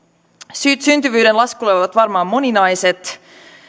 syyt syntyvyyden laskuun ovat varmaan moninaiset